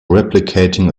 replicating